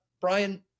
Brian